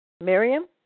Miriam